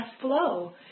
flow